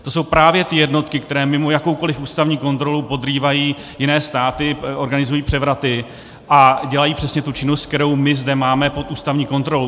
To jsou právě ty jednotky, které mimo jakoukoliv ústavní kontrolu podrývají jiné státy, organizují převraty a dělají přesně tu činnost, kterou my zde máme pod ústavní kontrolou.